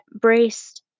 braced